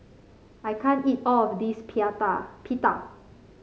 I can't eat all of this Pita